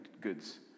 goods